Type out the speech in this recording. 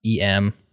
EM